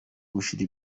bushira